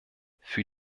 für